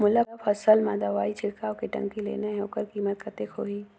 मोला फसल मां दवाई छिड़काव के टंकी लेना हे ओकर कीमत कतेक होही?